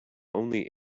only